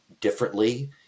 differently